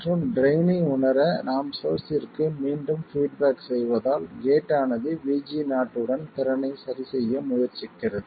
மற்றும் ட்ரைன் ஐ உணர நாம் சோர்ஸ்ஸிற்கு மீண்டும் பீட்பேக் செய்வதால் கேட் ஆனது VG0 உடன் திறனை சரிசெய்ய முயற்சிக்கிறது